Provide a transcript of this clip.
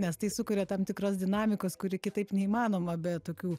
nes tai sukuria tam tikros dinamikos kuri kitaip neįmanoma be tokių